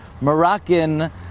Moroccan